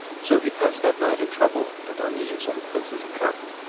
so he passed that night in trouble and unease on the prince s account,